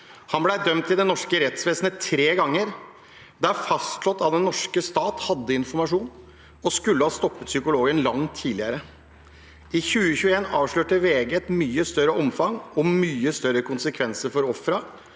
Han ble dømt i det norske rettsvesenet tre ganger. Det er fastslått at den norske stat hadde informasjon og skulle ha stoppet psykologen langt tidligere. I 2021 avslørte VG et mye større omfang og mye større konsekvenser for ofrene